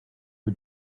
who